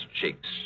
cheeks